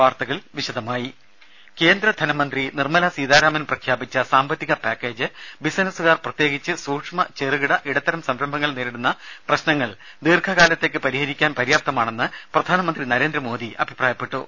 വാർത്തകൾ വിശദമായി കേന്ദ്രധനമന്ത്രി നിർമല സീതാരാമൻ പ്രഖ്യാപിച്ച സാമ്പത്തിക പാക്കേജ് ബിസിനസുകാർ പ്രത്യേകിച്ച് സൂക്ഷ്മ ചെറുകിട ഇടത്തരം സംരംഭങ്ങൾ നേരിടുന്ന പ്രശ്നങ്ങൾ ദീർഘകാലത്തേക്ക് പരിഹരിക്കാൻ പര്യാപ്തമാണെന്ന് പ്രധാനമന്ത്രി നരേന്ദ്രമോദി അഭിപ്രായപ്പെട്ടു